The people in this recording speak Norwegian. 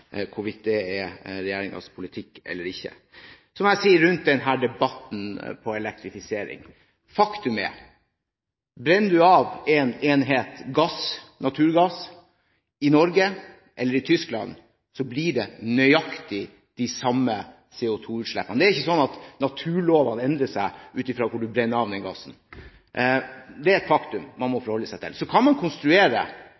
hvorvidt det er regjeringens politikk eller ikke. Som jeg sier i denne debatten om elektrifisering: Faktum er at brenner du av en enhet gass – naturgass – i Norge eller i Tyskland, blir det nøyaktig de samme CO2-utslippene. Det er ikke sånn at naturlovene endrer seg ut fra hvor du brenner av den gassen. Det er et faktum man må